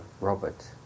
Robert